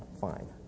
fine